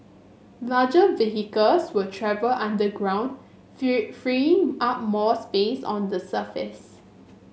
larger vehicles will travel underground free freeing up more space on the surface